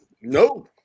No